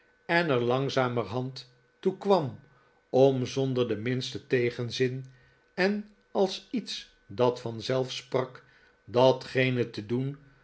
en er langzamerhand toe kwam om zonder den minsten tegenzin en als iets dat vanzelf sprak datgene te doen